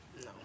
No